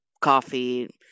coffee